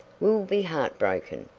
will be heartbroken.